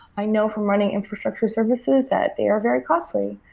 i know from running infrastructure services that they are very costly.